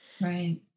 Right